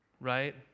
Right